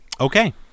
Okay